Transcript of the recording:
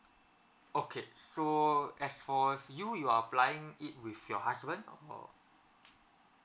okay so as for you you are applying it with your husband or